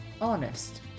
honest